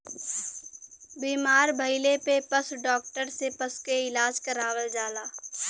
बीमार भइले पे पशु डॉक्टर से पशु के इलाज करावल जाला